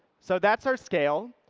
so that's our scale,